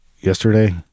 yesterday